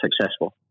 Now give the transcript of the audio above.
successful